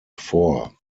vor